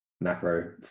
macro